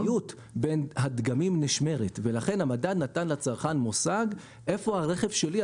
היחסיות בין הדגמים נשמרת ולכן המדד נתן לצרכן מושג איפה הרכב שלו,